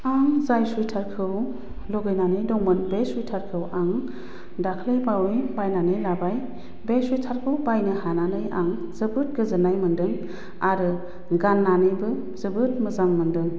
आं जाय सुइथारखौ लुगैनानै दंमोन बे सुइथारखौ आं दाखालिबावै बायनानै लाबाय बे सुइथारखौ बायनो हानानै आं जोबोद गोजोननाय मोनदों आरो गान्नानैबो जोबोद मोजां मोनदों